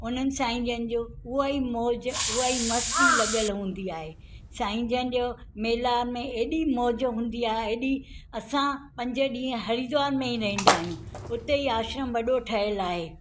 उन्हनि साईंजन जो उहा ई मौज उहा ई मस्ती लॻियलु हूंदी आहे साईंजन जो मेला में एॾी मौज हूंदी आहे हेॾी असां पंज ॾींहं हरिद्वार में ई रहींदा आहियूं हुते ई आश्रम वॾो ठहियलु आहे